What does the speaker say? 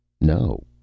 no